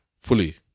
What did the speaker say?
fully